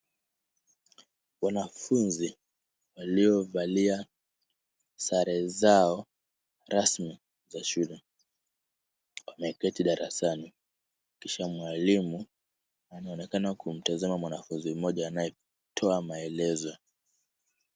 Wanafunzi waliovalia sare zao rasmi za shule wameketi darasani, kisha mwalimu anaonekana kumtazama mwanafunzi mmoja anayetoa maelezo.